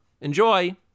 Enjoy